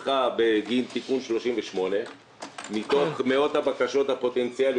נדחה בגין תיקון 38. מתוך מאות הבקשות הפוטנציאליות